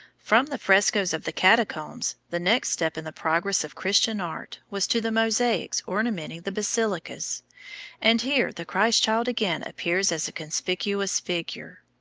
from the frescos of the catacombs the next step in the progress of christian art was to the mosaics ornamenting the basilicas and here the christ-child again appears as a conspicuous figure.